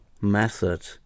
method